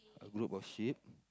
a group of sheep